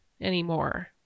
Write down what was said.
anymore